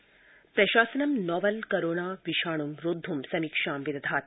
corona प्रशासनं novel corona विषाण् रोद्ध ं समीक्षा विदधाति